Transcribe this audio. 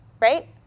right